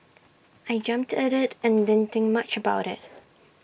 I jumped at IT and didn't think much about IT